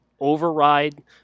override